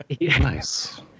nice